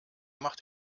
macht